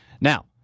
Now